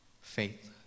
faith